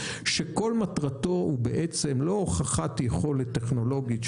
שכל מטרתו היא לא הוכחת יכולת טכנולוגית,